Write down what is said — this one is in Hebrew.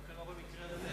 מה קרה במקרה הזה?